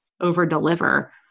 over-deliver